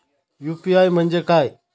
UPI म्हणजे काय?